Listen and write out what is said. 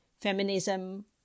feminism